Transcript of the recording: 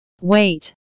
wait